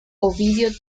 ovidio